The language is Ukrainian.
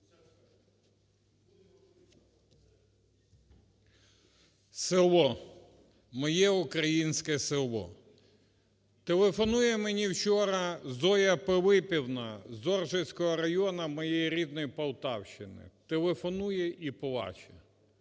Село, моє українське село, телефонує мені вчора Зоя Пилипівна з Оржицького району моєї рідної Полтавщини. Телефонує і плаче,